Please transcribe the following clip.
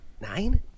nine